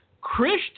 Christian